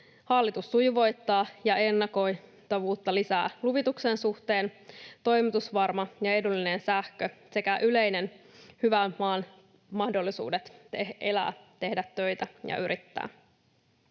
Hallitus sujuvoittaa ja lisää ennakoitavuutta luvituksen suhteen. Tärkeää on, että on toimitusvarma ja edullinen sähkö sekä yleisesti hyvän maan mahdollisuudet elää, tehdä töitä ja yrittää.